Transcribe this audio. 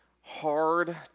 hard